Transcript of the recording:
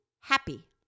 happy